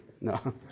No